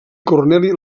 corneli